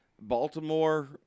Baltimore